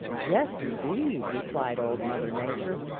yes, indeed, replied old mother nature.